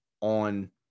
on